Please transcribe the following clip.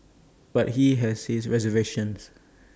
but he has his reservations